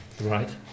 Right